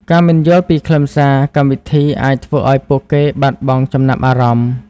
ការមិនយល់ពីខ្លឹមសារកម្មវិធីអាចធ្វើឱ្យពួកគេបាត់បង់ចំណាប់អារម្មណ៍។